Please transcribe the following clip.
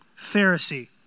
Pharisee